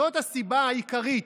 זאת הסיבה העיקרית.